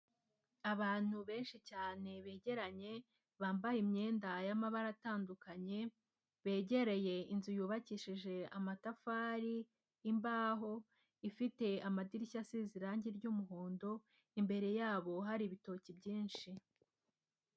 Abantu benshi cyane begeranye, bambaye imyenda y'amabara atandukanye, begereye inzu yubakishije amatafari, imbaho, ifite amadirishya asize irangi ry'umuhondo, imbere yabo hari ibitoki byinshi.